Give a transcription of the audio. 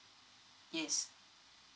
yes